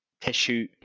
tissue